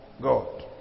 God